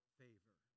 favor